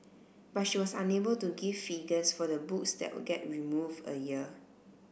but she was unable to give figures for the books that get removed a year